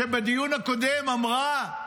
שבדיון הקודם אמרה: